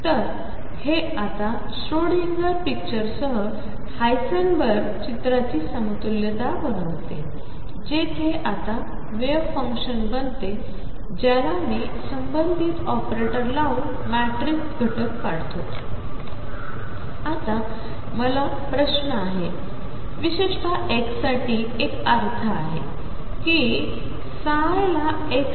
तर हे आता श्रोडिंगर पिक्चरसह हायसेनबर्ग चित्राची समतुल्यता बनवते जेथे आता वेव्ह फंक्शन बनते ज्याला मी संबंधित ऑपरेटर लावून मॅट्रिक्स घटक काढतो आता मला प्रश्न आहे विशेषत x साठी एक अर्थ आहे कि ψ ला x